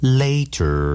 later